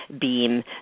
beam